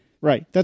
Right